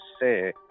say